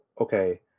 okay